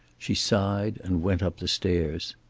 she sighed and went up the stairs.